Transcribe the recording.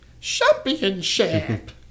Championship